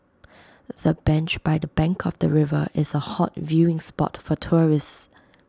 the bench by the bank of the river is A hot viewing spot for tourists